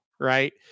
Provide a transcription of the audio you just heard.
Right